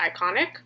iconic